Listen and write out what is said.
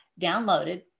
downloaded